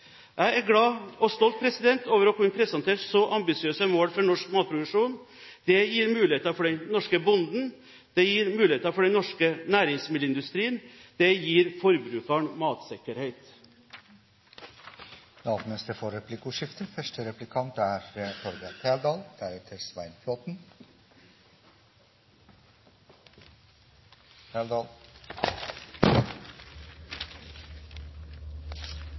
Jeg er glad for og stolt over å kunne presentere så ambisiøse mål for norsk matproduksjon. Det gir muligheter for den norske bonden. Det gir muligheter for den norske næringsmiddelindustrien. Det gir forbrukeren matsikkerhet. Det blir replikkordskifte. Vi kan lese i Nationen i dag at berg-og-dal-banen til Senterpartiet er